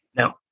No